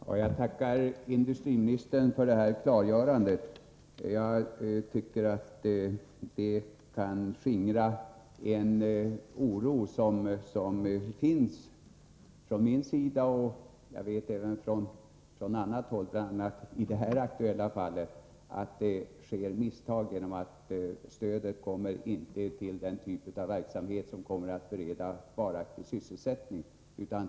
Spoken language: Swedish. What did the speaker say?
Herr talman! Jag tackar industriministern för detta klargörande. Det kan skingra den oro som finns från min sida och som jag vet också finns på annat håll, bl.a. i det här aktuella fallet, en oro för att det sker misstag genom att stödet inte ges till den typ av verksamhet som kommer att bereda varaktig sysselsättning.